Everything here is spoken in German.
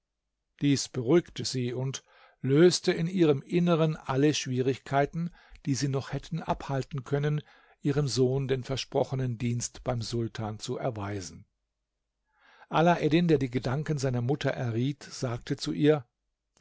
dies beruhigte sie und löste in ihrem inneren alle schwierigkeiten die sie noch hätten abhalten können ihrem sohn den versprochenen dienst beim sultan zu erweisen alaeddin der die gedanken seiner mutter erriet sagte zu ihr